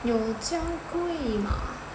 有这样贵吗